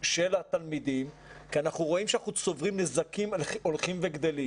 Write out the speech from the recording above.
של התלמידים כי אנחנו רואים שאנחנו צוברים נזקים הולכים וגדלים..